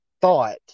thought